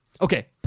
Okay